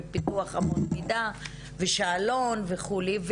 פיתוח אמות מידה ושאלון וכולי.